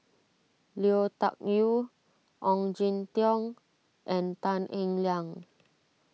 Lui Tuck Yew Ong Jin Teong and Tan Eng Liang